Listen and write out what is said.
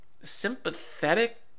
sympathetic